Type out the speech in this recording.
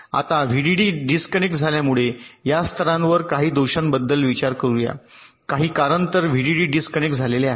आता VDD disconnect झाल्यामुळे या स्तरावर काही दोषांबद्दल विचार करूया काही कारण तर व्हीडीडी डिस्कनेक्ट झाले आहे